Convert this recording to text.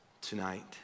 tonight